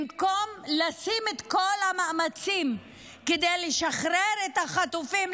במקום לעשות את כל המאמצים כדי לשחרר את החטופים,